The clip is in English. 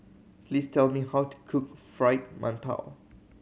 please tell me how to cook Fried Mantou